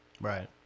Right